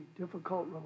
difficult